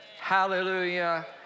Hallelujah